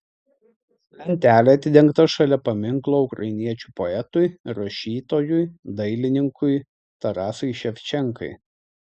lentelė atidengta šalia paminklo ukrainiečių poetui rašytojui dailininkui tarasui ševčenkai